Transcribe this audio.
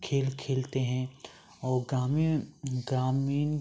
खेल खेलते हैं और ग्रामीण ग्रामीण